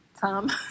Tom